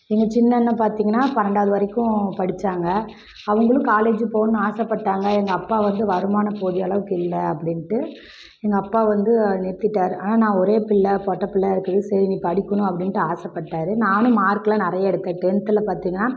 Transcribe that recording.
எங்கள் சின்ன அண்ணன் பார்த்திங்கன்னா பன்னெரெண்டாவது வரைக்கும் படித்தாங்க அவர்களும் காலேஜு போகணும்னு ஆசைப்பட்டாங்க எங்கள் அப்பா வந்து வருமானம் போதிய அளவுக்கு இல்லை அப்படின்ட்டு எங்கள் அப்பா வந்து நிறுத்திட்டார் ஆனால் நான் ஒரே பிள்ளை பொட்டை பிள்ளை அப்படியே சரி படிக்கணும் அப்படின்ட்டு ஆசைப்பட்டாரு நானும் மார்க்கெலாம் நிறைய எடுத்தேன் டென்த்தில் பார்த்திங்கன்னா